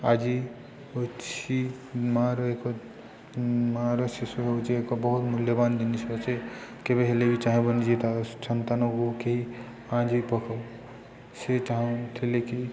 ଆଜି ହେଉଛି ମାଆର ଏକ ମାଆର ଶିଶୁ ହେଉଛି ଏକ ବହୁତ ମୂଲ୍ୟବାନ ଜିନିଷ ସେ କେବେ ହେଲେ ବି ଚାହିଁବନି ଯେଏ ତା ସନ୍ତାନକୁ କେହି ସେ ଚାହୁଁଥିଲେ କି